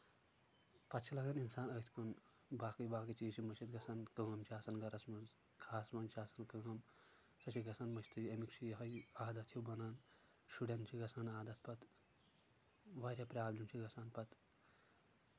پَتہٕ چھ لگان اِنسان أتھۍ کُن باقی باقی چیٖز چھِ مٔشِتھ گژھان کٲم چھِ آسان گرَس منٛز کھہَس منٛز چھٕ آسان کٲم سۄ چھےٚ گژھان مٔشِتٕے اَمیُک چھُ یِہوے عادت ہیوٗ بَنان شُریٚن چھ گژھان عادت پَتہٕ واریاہ پرابِلم چھ گژھان پَتہٕ